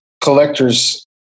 collector's